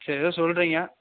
சரி ஏதோ சொல்கிறீங்க